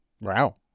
Wow